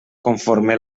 conforme